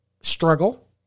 struggle